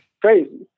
crazy